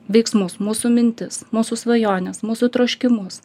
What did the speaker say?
veiksmus mūsų mintis mūsų svajones mūsų troškimus